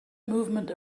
movement